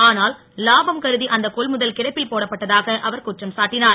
ஆனால் லாபம் கருதி அந்த கொள்முதல் கிடப்பில் போடப்பட்டதாக அவர் குற்றம் சாட்டினார்